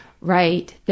Right